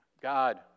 God